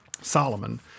Solomon